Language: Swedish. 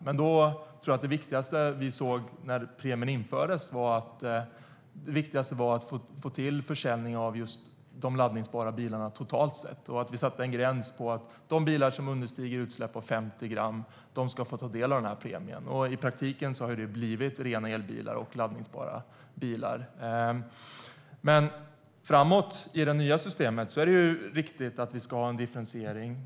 Men det viktigaste när elpremien infördes var att få till försäljning av just de laddbara bilarna totalt sett och att vi satte en gräns så att de bilar med utsläpp som understeg 50 gram skulle få ta del av premien. I praktiken har det blivit rena elbilar och laddbara bilar. Framåt, i det nya systemet, är det viktigt att vi har en differentiering.